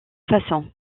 façons